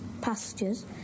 pastures